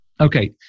Okay